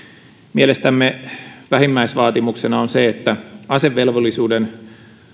mielestämme vähimmäisvaatimuksena on se että asevelvollisuuden